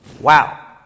Wow